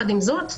עם זאת,